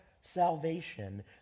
salvation